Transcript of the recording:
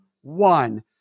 one